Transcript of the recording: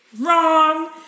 wrong